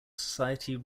society